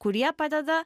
kurie padeda